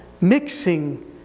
mixing